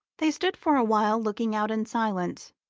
they stood for a while looking out in silence,